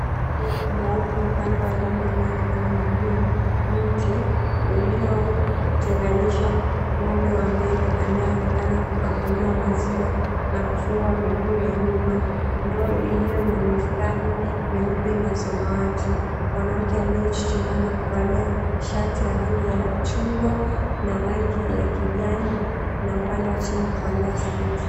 Ng'ombe mweupe upande wa nyuma anayeonekana miguu, mti uliotenganisha ng'ombe wa mbele anayeonekana kukamuliwa maziwa na kufungwa miguu ya nyuma, ndoo iliyo na mistari myeupe na samawati, mwanamke aliyechuchumaa na kuvalia shati ya rangi ya chungwa na rangi ya kijani na upande wa chini kuvalia sketi.